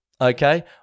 Okay